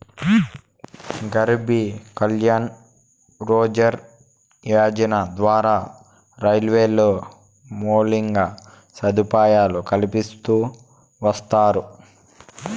గరీబ్ కళ్యాణ్ రోజ్గార్ యోజన ద్వారా రైల్వేలో మౌలిక సదుపాయాలు కల్పిస్తూ వచ్చారు